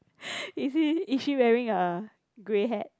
is she is she wearing a grey hat